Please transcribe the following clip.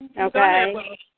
Okay